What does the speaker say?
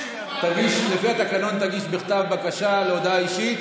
לפי התקנון, תגיש בכתב בקשה להודעה אישית.